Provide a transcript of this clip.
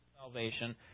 salvation